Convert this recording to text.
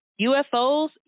UFOs